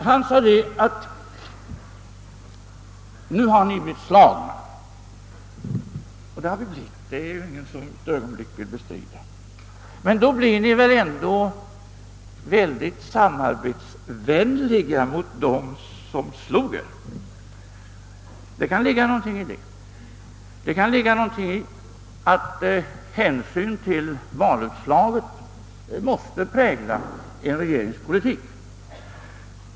Han sade: »Nu har ni blivit slagna» — det har vi blivit; det vill ingen för ett ögonblick bestrida — »och då blir ni väl samarbetsvänliga mot dem som slagit er.» Det ligger någonting i de orden, nämligen att hänsyn till valutslaget måste prägla en regerings politik.